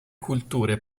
culture